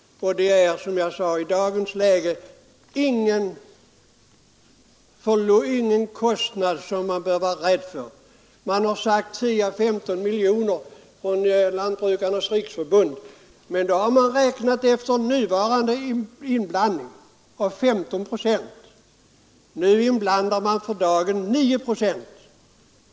I dagens läge medför detta, som jag sade, ingen kostnad som vi behöver vara rädda för Lantbrukarnas riksförbund har sagt att det kan gälla 10 å 15 milj.kr. räknat efter en inblandning på 15 procent. För närvarande inblandas 9 procent.